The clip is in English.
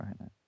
right